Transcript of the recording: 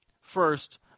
First